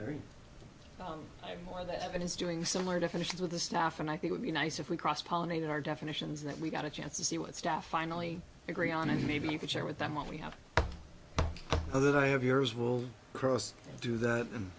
is doing similar definitions with the staff and i think would be nice if we cross pollinate our definitions that we got a chance to see what stuff finally agree on and maybe you could share with them what we have now that i have yours will cross do that and